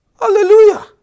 Hallelujah